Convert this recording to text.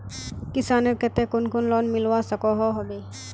किसानेर केते कुन कुन लोन मिलवा सकोहो होबे?